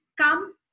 come